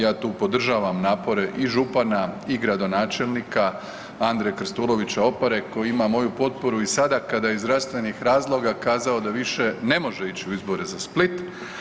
Ja tu podržavam napore i župana i gradonačelnika Andre Krstulovića Opare koji ima moju potporu i sada kada je iz zdravstvenih razloga kazao da više ne može ići u izbore za Split.